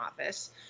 office